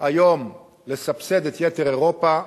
היום לסבסד את יתר אירופה,